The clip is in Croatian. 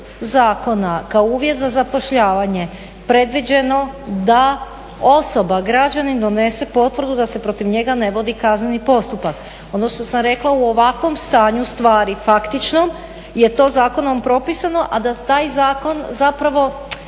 zakona kao uvjet za zapošljavanje predviđeno da osoba građanin donese potvrdu da se protiv njega ne vodi kazneni postupak. Ono što sam rekla u ovakvom stanju stvari faktičnom je to zakonom propisano, a da taj zakon zapravo